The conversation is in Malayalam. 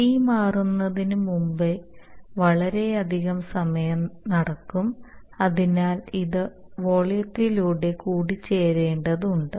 T മാറുന്നതിനുമുമ്പ് വളരെയധികം സമയം നടക്കും കാരണം ഇത് വോളിയത്തിലൂടെ കൂടിച്ചേരേണ്ടതുണ്ട്